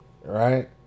right